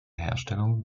herstellung